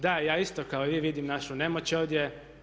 Da, ja isto kao i vi vidim našu nemoć ovdje.